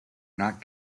not